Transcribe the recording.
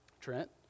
Trent